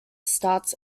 starts